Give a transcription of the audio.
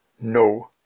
No